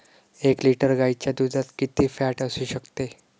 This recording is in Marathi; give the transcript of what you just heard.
एक लिटर गाईच्या दुधात किती फॅट असू शकते?